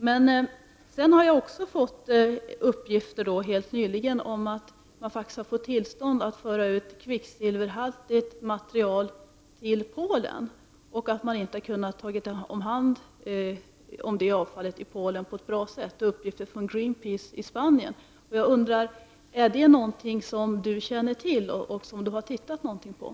Jag har också helt nyligen fått uppgifter från Greenpeace i Spanien om att man faktiskt har fått tillstånd att föra ut kvicksilverhaltigt material till Polen och att det avfallet inte har kunnat tas om hand på ett bra sätt i Polen. Jag undrar om detta är något som miljöministern känner till och om hon har tittat på detta.